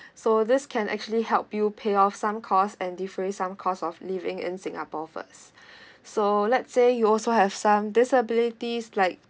so this can actually help you pay off some cost and defray some cost of living in singapore first so let's say you also have some disability like